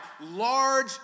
large